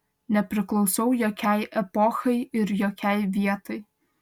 nepriklausau jokiai epochai ir jokiai vietai